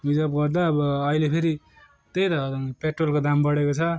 reserve गर्दा अब अहिले फेरि त्यही त पेट्रोलको दाम बढेको छ